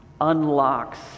unlocks